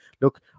look